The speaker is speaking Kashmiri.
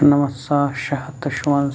شُنَمَتھ ساس شےٚ ہَتھ تہٕ شُوَنزاہ